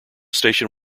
station